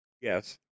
Yes